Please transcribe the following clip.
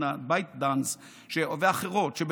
בייטדאנס ואחרות,